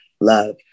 love